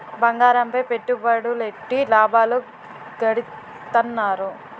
బంగారంపై పెట్టుబడులెట్టి లాభాలు గడిత్తన్నారు